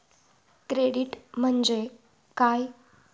Credit म्हणजे काय?